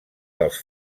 dels